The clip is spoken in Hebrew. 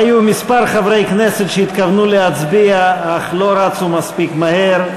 היו מספר חברי כנסת שהתכוונו להצביע אך לא רצו מספיק מהר,